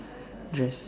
dress